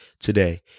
today